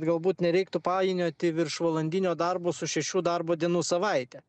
galbūt nereiktų painioti viršvalandinio darbo su šešių darbo dienų savaite